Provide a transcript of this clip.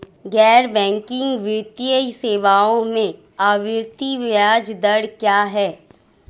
गैर बैंकिंग वित्तीय सेवाओं में आवर्ती ब्याज दर क्या है?